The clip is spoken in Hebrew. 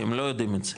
כי הם לא יודעים את זה,